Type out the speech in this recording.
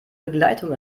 begleitung